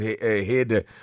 head